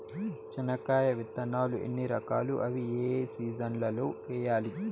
చెనక్కాయ విత్తనాలు ఎన్ని రకాలు? అవి ఏ ఏ సీజన్లలో వేయాలి?